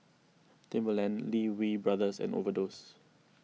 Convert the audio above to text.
Timberland Lee Wee Brothers and Overdose